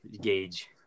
gauge